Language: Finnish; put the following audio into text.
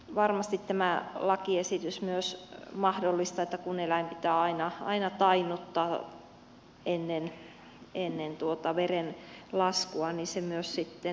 varmasti kun tämä lakiesitys edellyttää että eläin pitää aina tainnuttaa ennen verenlaskua niin se myös sitten estää laittomat kotiteurastukset